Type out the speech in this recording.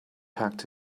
packed